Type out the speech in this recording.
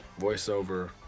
voiceover